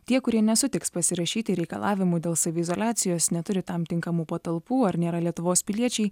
tie kurie nesutiks pasirašyti reikalavimų dėl saviizoliacijos neturi tam tinkamų patalpų ar nėra lietuvos piliečiai